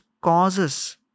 causes